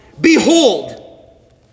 Behold